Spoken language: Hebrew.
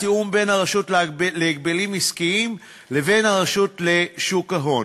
התיאום בין הרשות להגבלים עסקיים לבין הרשות לשוק ההון.